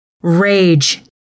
Rage